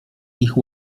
ich